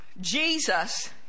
Jesus